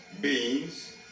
beans